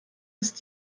ist